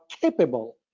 capable